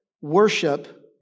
worship